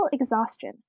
exhaustion